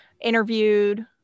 interviewed